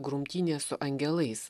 grumtynės su angelais